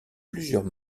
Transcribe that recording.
plusieurs